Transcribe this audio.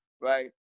right